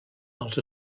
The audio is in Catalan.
els